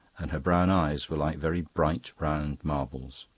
and her brown eyes were like very bright round marbles.